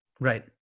Right